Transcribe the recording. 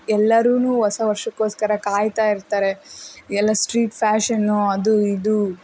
ಎಲ್ಲಾರೂ ಹೊಸ ವರ್ಷಕ್ಕೋಸ್ಕರ ಕಾಯ್ತಾ ಇರ್ತಾರೆ ಎಲ್ಲ ಸ್ಟ್ರೀಟ್ ಫ್ಯಾಶನ್ನು ಅದು ಇದು